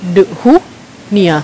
the who me ah